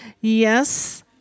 Yes